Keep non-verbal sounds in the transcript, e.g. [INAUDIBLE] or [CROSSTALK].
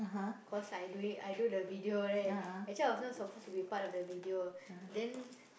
[NOISE] cause I doing I do the video right actually I wasn't supposed to be part of the video then